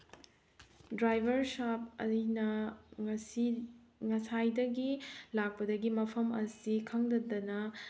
driver ꯁꯥꯐ ꯑꯂꯤꯅ ꯉꯁꯤ ꯉꯁꯥꯏꯗꯒꯤ ꯂꯥꯛꯄꯗꯒꯤ ꯃꯐꯝ ꯑꯁꯤ ꯈꯪꯗꯗꯅ